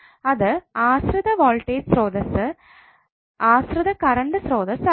അത് ആശ്രിത വോൾട്ടേജ് സ്രോതസ്സ് ആശ്രിത കറണ്ട് സ്രോതസ്സ് ആകാം